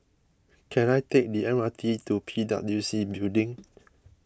can I take the M R T to P W C Building